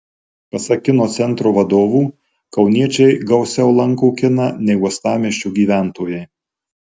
pasak kino centro vadovų kauniečiai gausiau lanko kiną nei uostamiesčio gyventojai